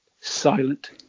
silent